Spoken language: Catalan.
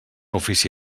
ofici